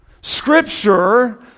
Scripture